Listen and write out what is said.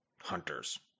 hunters